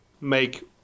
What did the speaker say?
make